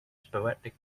sporadic